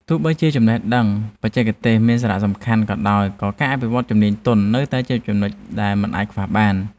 ទោះបីជាចំណេះដឹងបច្ចេកទេសមានសារៈសំខាន់ក៏ដោយក៏ការអភិវឌ្ឍជំនាញទន់នៅតែជាចំណុចដែលមិនអាចខ្វះបាន។